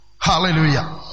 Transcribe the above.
Hallelujah